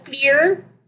clear